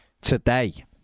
Today